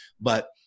But-